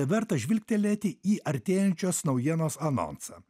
verta žvilgtelėti į artėjančios naujienos anonsą